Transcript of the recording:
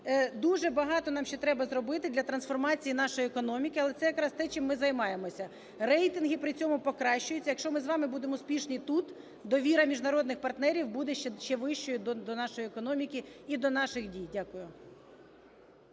дуже багато нам ще треба зробити для трансформації нашої економіки, але це якраз те, чим ми займаємося. Рейтинги при цьому покращуються, якщо ми з вами будемо успішні тут, довіра міжнародних партнерів буде ще вищою до нашої економіки і до наших дій. Дякую.